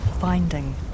finding